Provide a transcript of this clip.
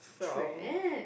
from